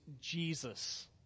Jesus